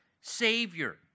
Savior